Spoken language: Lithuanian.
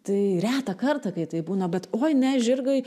tai retą kartą kai tai būna bet oi ne žirgui